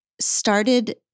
started